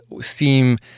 seem